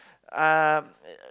um